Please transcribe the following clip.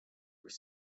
were